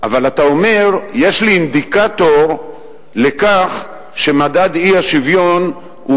אבל אתה אומר: יש לי אינדיקטור לכך שמדד האי-שוויון הוא